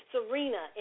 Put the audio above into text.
Serena